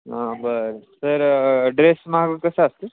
हा बरं तर ड्रेस मग कसं असतील